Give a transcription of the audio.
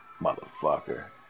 Motherfucker